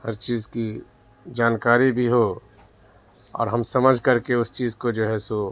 ہر چیز کی جانکاری بھی ہو اور ہم سمجھ کر کے اس چیز کو جو ہے سو